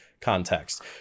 context